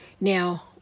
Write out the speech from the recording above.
Now